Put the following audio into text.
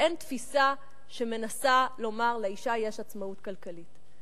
ואין תפיסה שמנסה לומר: לאשה יש עצמאות כלכלית.